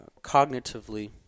cognitively –